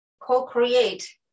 co-create